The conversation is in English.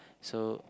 so